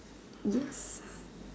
yes